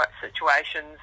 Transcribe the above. situations